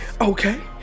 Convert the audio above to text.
okay